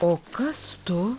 o kas tu